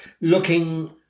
looking